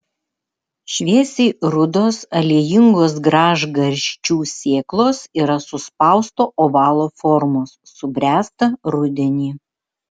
šviesiai rudos aliejingos gražgarsčių sėklos yra suspausto ovalo formos subręsta rudenį